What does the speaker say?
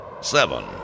seven